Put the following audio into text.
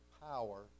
power